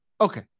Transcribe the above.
Okay